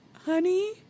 honey